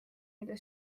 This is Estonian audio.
mille